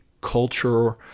culture